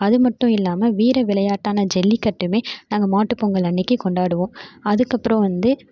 அது மட்டும் இல்லாமல் வீர விளையாட்டான ஜல்லிகட்டும் நாங்கள் மாட்டு பொங்கல் அன்னைக்கி கொண்டாடுவோம் அதுக்கப்றம் வந்து